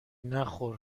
نخور